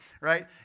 right